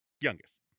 Youngest